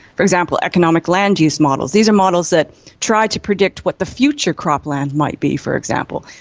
for example, economical land use models. these are models that try to predict what the future cropland might be, for example.